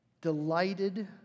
delighted